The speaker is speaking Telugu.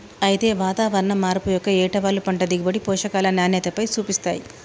అయితే వాతావరణం మార్పు యొక్క ఏటవాలు పంట దిగుబడి, పోషకాల నాణ్యతపైన సూపిస్తాయి